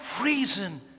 reason